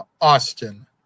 austin